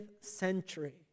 century